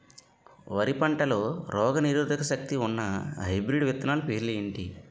వరి పంటలో రోగనిరోదక శక్తి ఉన్న హైబ్రిడ్ విత్తనాలు పేర్లు ఏంటి?